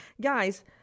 guys